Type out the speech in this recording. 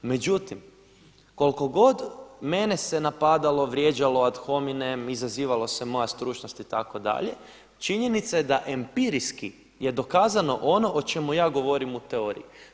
Međutim, koliko god mene se napadalo, vrijeđalo ad hominem, izazivalo se moja stručnost itd., činjenica je da empirijski je dokazano ono o čemu ja govorim u teoriji.